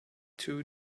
two